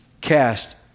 cast